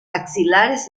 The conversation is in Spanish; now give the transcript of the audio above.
axilares